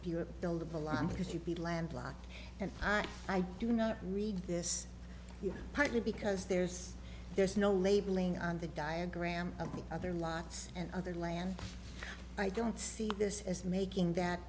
pure build of the line because you'd be landlocked and i do not read this partly because there's there's no labeling on the diagram of the other lots and other land i don't see this as making that